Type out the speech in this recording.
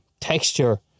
texture